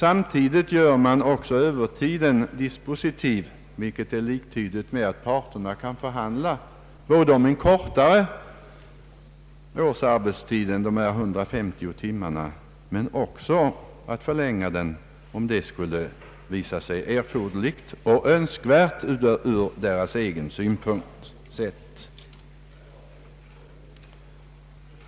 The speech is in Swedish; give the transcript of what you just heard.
Samtidigt gör man också övertiden dispositiv, vilket är liktydigt med att parterna kan förhandla både om att förkorta den låsta övertiden om 150 timmar och om att förlänga den, om det skulle visa sig erforderligt och önskvärt ur deras synpunkt.